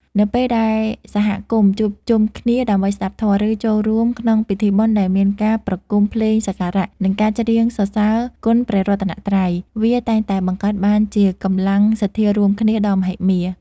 នៅពេលដែលសហគមន៍ជួបជុំគ្នាដើម្បីស្តាប់ធម៌ ឬចូលរួមក្នុងពិធីបុណ្យដែលមានការប្រគំភ្លេងសក្ការៈ និងការច្រៀងសរសើរគុណព្រះរតនត្រ័យ វាតែងតែបង្កើតបានជាកម្លាំងសទ្ធារួមគ្នាដ៏មហិមា។